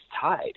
tied